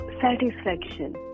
satisfaction